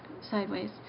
sideways